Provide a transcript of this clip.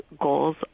goals